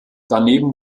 daneben